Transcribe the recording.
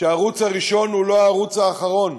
שהערוץ הראשון הוא לא הערוץ האחרון,